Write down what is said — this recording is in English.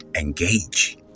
engage